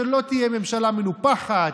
שלא תהיה ממשלה מנופחת,